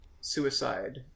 suicide